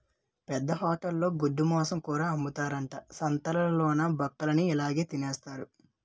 పెద్ద హోటలులో గొడ్డుమాంసం కూర అమ్ముతారట సంతాలలోన బక్కలన్ని ఇలాగె తినెత్తన్నారు